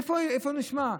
איפה זה נשמע?